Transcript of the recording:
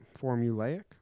formulaic